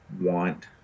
want